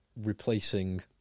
replacing